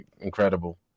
incredible